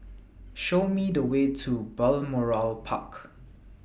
Show Me The Way to Balmoral Park